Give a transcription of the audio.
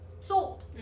sold